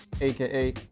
aka